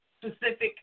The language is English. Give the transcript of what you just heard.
specific